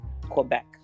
Quebec